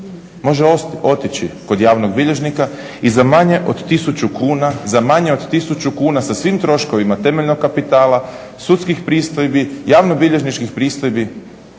može otići kod javnog bilježnika i za manje od 1000 kuna sa svim troškovima temeljnog kapitala, sudskih pristojbi, javnobilježničkih pristojbi